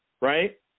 right